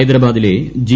ഹൈദരാബാദിലെ ജി